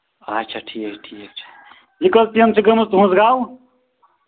اچھا ٹھیٖک ٹھیٖک چھِ یہِ کٔژ پیٖنہٕ چھِ گٔمٕژ تُہُنٛز گاو